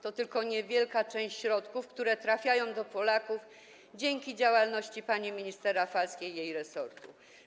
To tylko niewielka część środków, które trafiają do Polaków dzięki działalności pani minister Rafalskiej i jej resortu.